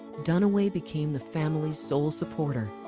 duniway became the family's sole supporter.